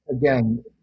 again